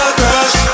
crush